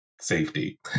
safety